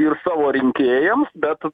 ir savo rinkėjams bet